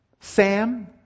Sam